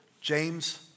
James